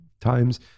times